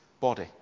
body